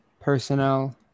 personnel